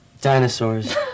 Dinosaurs